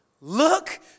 look